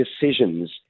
decisions